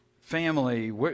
family